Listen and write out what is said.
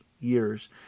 years